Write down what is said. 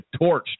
torched